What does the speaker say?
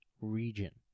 region